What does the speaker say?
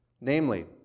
Namely